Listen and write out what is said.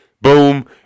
Boom